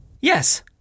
Yes